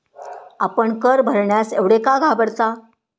आपण कर भरण्यास एवढे का घाबरता?